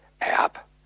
app